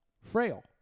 Frail